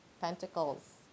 pentacles